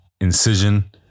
incision